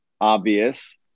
obvious